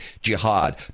jihad